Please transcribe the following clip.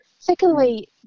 Secondly